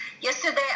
yesterday